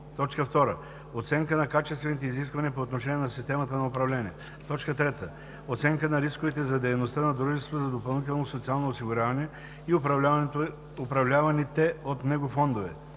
му; 2. оценка на качествените изисквания по отношение на системата на управление; 3. оценка на рисковете за дейността на дружеството за допълнително социално осигуряване и управляваните от него фондове;